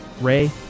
ray